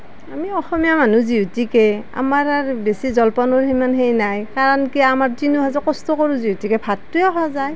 আমি অসমীয়া মানুহ যিহেতুকে আমাৰ বেছি জলপানৰ ইমান হেৰি নাই কাৰণ কি আমাৰ দিন হাজিৰা কষ্ট কৰোঁ যিহেতুকে ভাতটোয়েই খোৱা যায়